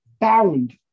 bound